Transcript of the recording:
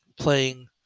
playing